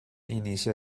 inicia